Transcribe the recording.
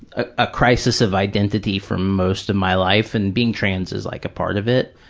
a crisis of identity for most of my life, and being trans is like a part of it,